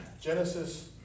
Genesis